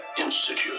Institute